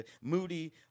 moody